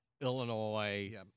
Illinois